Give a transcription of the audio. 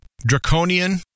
draconian